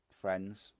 friends